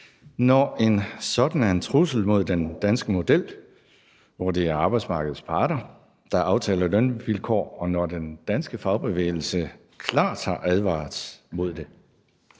når en sådan er en trussel mod den danske model, hvor det er arbejdsmarkedets parter, der aftaler lønvilkår, og når den danske fagbevægelse klart har advaret mod det?